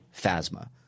Phasma